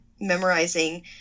memorizing